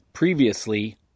Previously